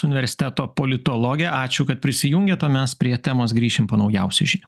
universiteto politologė ačiū kad prisijungėt o mes prie temos grįšim po naujausių žinių